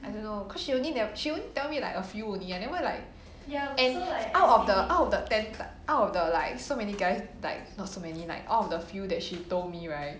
I don't know because she only like she only tell me like a few only I never like and out of the out of the ten out of the like so many guys like not so many like all of the few that she told me right